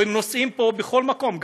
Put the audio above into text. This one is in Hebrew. הם נוסעים פה בכל מקום,